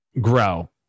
grow